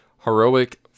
heroic